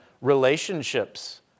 relationships